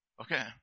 Okay